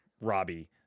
Robbie